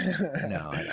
No